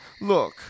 Look